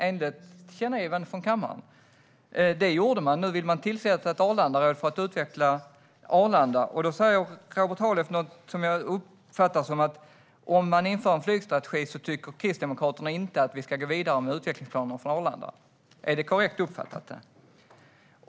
Det tillkännagivandet gjorde man. Nu vill man tillsätta ett Arlandaråd för att utveckla Arlanda. Då säger Robert Halef någonting som jag uppfattar som att om man inför en flygstrategi tycker Kristdemokraterna inte att vi ska gå vidare med utvecklingsplanerna för Arlanda. Är det korrekt uppfattat?